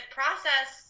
process